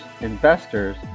investors